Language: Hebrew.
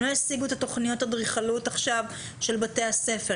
הם לא ישיגו עכשיו את תוכניות האדריכלות של בתי הספר.